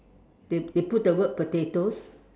they they put the word potatoes